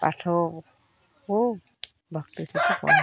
ପାଠ ହଉ